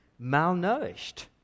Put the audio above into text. malnourished